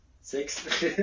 six